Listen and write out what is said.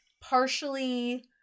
partially